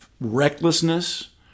recklessness